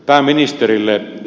pääministerille